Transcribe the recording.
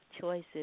choices